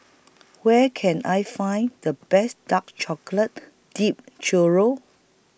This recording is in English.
Where Can I Find The Best Dark Chocolate Dipped Churro